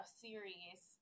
series